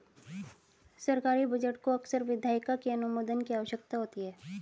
सरकारी बजट को अक्सर विधायिका के अनुमोदन की आवश्यकता होती है